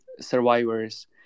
survivors